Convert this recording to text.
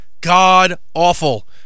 god-awful